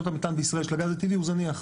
המתאן בישראל של הגז הטבעי הוא זניח.